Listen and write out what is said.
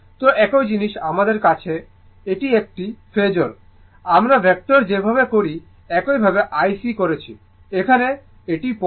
তো একই জিনিস আমাদের কাছে আছে এটি একটি ফেজোর আমরা ভেক্টর যেভাবে করি একই ভাবে IC করছি এখানে এটি পড়ে